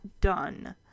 done